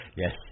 yes